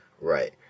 Right